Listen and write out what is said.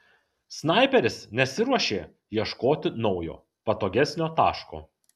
snaiperis nesiruošė ieškoti naujo patogesnio taško